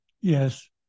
Yes